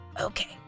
Okay